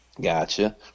Gotcha